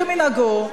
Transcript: כמנהגו,